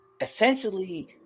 essentially